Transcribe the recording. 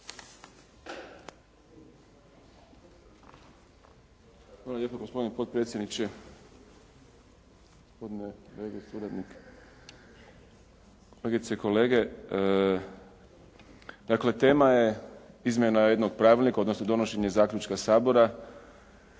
Hvala lijepo gospodine potpredsjedniče, gospodine …/Govornik se ne razumije./… suradnik, kolegice i kolege. Dakle, tema je izmjena jednog pravilnika, odnosno donošenje zaključka Sabora